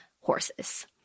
horses